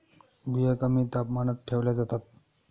बिया कमी तापमानात ठेवल्या जातात